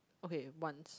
okay once